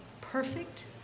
perfect